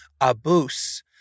abuse